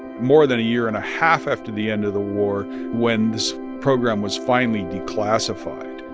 more than a year and a half after the end of the war when this program was finally declassified